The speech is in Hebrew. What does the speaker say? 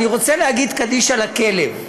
אני רוצה להגיד קדיש על הכלב.